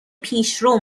پیشرو